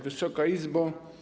Wysoka Izbo!